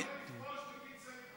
שלא יפרוש בגיל צעיר כל כך.